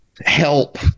help